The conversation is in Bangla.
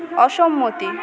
অসম্মতি